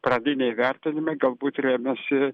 pradiniai vertinimai galbūt rėmėsi